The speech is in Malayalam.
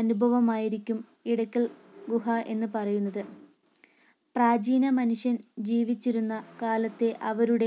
അനുഭവം ആയിരിക്കും ഇടയ്ക്കൽ ഗുഹ എന്ന് പറയുന്നത് പ്രാചീന മനുഷ്യൻ ജീവിച്ചിരുന്ന കാലത്തെ അവരുടെ